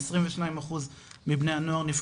22 אחוז מבני הנוער,